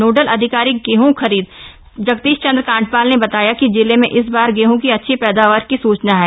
nodal अधिकारी गेहं खरीद जगदीश चंद्र कांडपाल ने बताया कि जिले में इस बार गेहं की अच्छी पैदावार की सूचना है